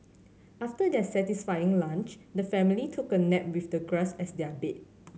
after their satisfying lunch the family took a nap with the grass as their bed